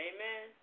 Amen